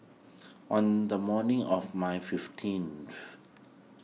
on the morning of my fifteenth